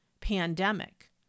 pandemic